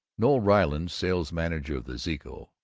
noel ryland, sales-manager of the zeeco,